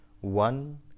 one